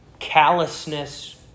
callousness